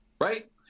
right